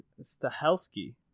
Stahelski